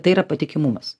tai yra patikimumas